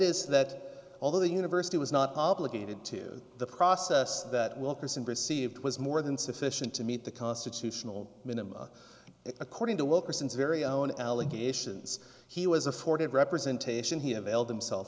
is that although the university was not obligated to the process that wilkerson received was more than sufficient to meet the constitutional minima according to wilkerson's very own allegations he was afforded representation he availed himself